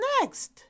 next